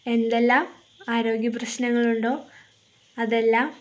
എന്തെല്ലാം ആരോഗ്യപ്രശ്നങ്ങളുണ്ടോ അതെല്ലാം